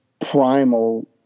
primal